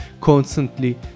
constantly